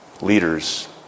leaders